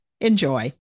Enjoy